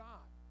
God